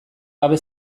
gabe